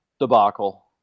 debacle